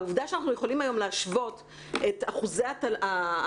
העובדה שאנחנו יכולים היום להשוות את אחוזי התוצר,